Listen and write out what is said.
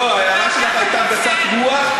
לא, ההערה שלך הייתה גסת רוח.